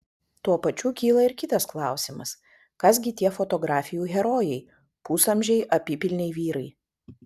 tuo pačiu kyla ir kitas klausimas kas gi tie fotografijų herojai pusamžiai apypilniai vyrai